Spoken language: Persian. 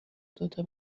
دوتا